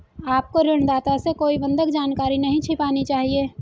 आपको ऋणदाता से कोई बंधक जानकारी नहीं छिपानी चाहिए